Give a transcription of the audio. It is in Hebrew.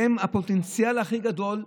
והם הפוטנציאל הכי גדול.